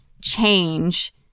change